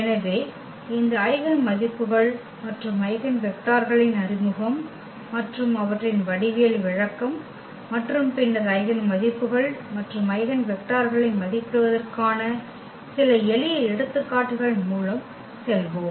எனவே இந்த ஐகென் மதிப்புகள் மற்றும் ஐகென் வெக்டர்களின் அறிமுகம் மற்றும் அவற்றின் வடிவியல் விளக்கம் மற்றும் பின்னர் ஐகென் மதிப்புகள் மற்றும் ஐகென் வெக்டர்களை மதிப்பிடுவதற்கான சில எளிய எடுத்துக்காட்டுகள் மூலம் செல்வோம்